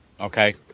okay